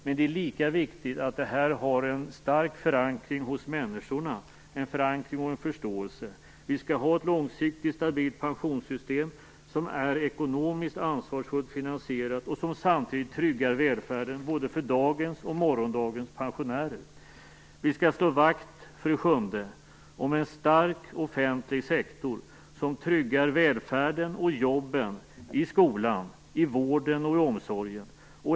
Men lika viktigt är att detta har en stark förankring och förståelse hos människorna. Vi skall ha ett långsiktigt stabilt pensionssystem som är ekonomiskt ansvarsfullt finansierat och som samtidigt tryggar välfärden både för dagens och för morgondagens pensionärer. 7. Vi skall slå vakt om en stark offentlig sektor som tryggar välfärden och jobben i skolan, i vården och i omsorgen.